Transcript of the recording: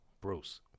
Bruce